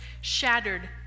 shattered